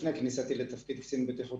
הייתי גם קצין בטיחות